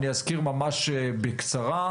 אני אזכיר ממש בקצרה,